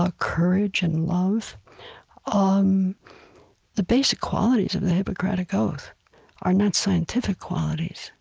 ah courage, and love um the basic qualities of the hippocratic oath are not scientific qualities.